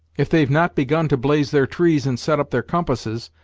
if they've not begun to blaze their trees, and set up their compasses,